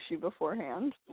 beforehand